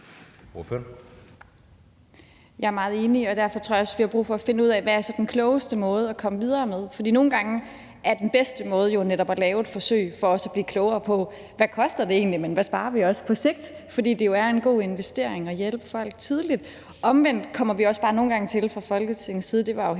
Jeg er meget enig, og derfor tror jeg også, vi har brug for at finde ud af, hvad så den klogeste måde at komme videre på er. For nogle gange er den bedste måde jo netop at lave et forsøg for også at blive klogere på, hvad det egentlig koster, men også på, hvad vi sparer på sigt, fordi det jo er en god investering at hjælpe folk tidligt. Men omvendt er det jo sådan, at hele kritikken af den